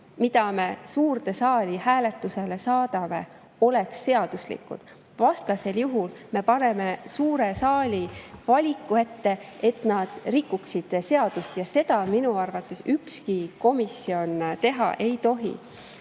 mille me suurde saali hääletusele saadame, oleks seaduslikud. Vastasel juhul me paneme suure saali valiku ette, et nad rikuksid seadust, ja seda minu arvates ükski komisjon teha ei tohi. Te